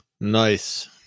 Nice